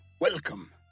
welcome